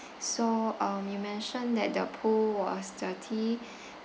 so um you mentioned that the pool was dirty